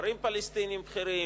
לסוחרים פלסטינים בכירים,